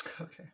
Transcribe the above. Okay